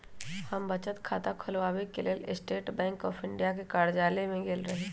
हम बचत खता ख़ोलबाबेके लेल स्टेट बैंक ऑफ इंडिया के कर्जालय में गेल रही